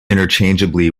interchangeably